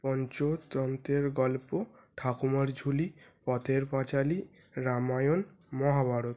পঞ্চ তন্ত্রের গল্প ঠাকুমার ঝুলি পথের পাঁচালী রামায়ণ মহাভারত